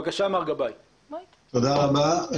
תודה רבה.